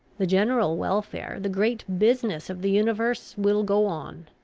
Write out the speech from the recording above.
the general welfare, the great business of the universe, will go on,